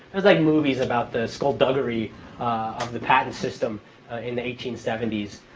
there's like movies about the skulduggery of the patent system in the eighteen seventy s,